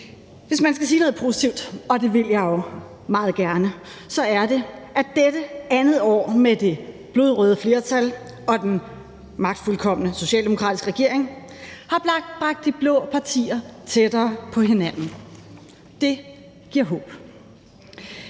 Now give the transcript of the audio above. Hvis man skal sige noget positivt – og det vil jeg jo meget gerne – så er det, at dette andet år med det blodrøde flertal og en magtfuldkommen socialdemokratisk regering har bragt de blå partier tættere på hinanden. Det giver håb.